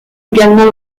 également